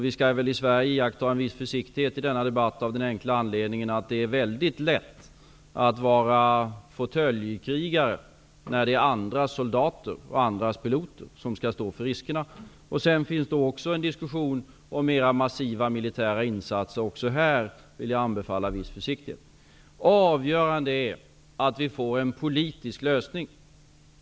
Vi skall väl i Sverige iaktta en viss försiktighet i denna debatt av den enkla anledningen att det är lätt att vara fåtöljkrigare när det är andras soldater och andras piloter som skall stå för riskerna. Det förs också en diskussion om mera massiva militära insatser. Också här vill jag anbefalla viss försiktighet. Det avgörande är att vi får en politisk lösning.